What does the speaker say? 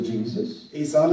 Jesus